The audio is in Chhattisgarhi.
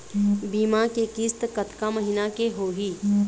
बीमा के किस्त कतका महीना के होही?